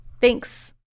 Thanks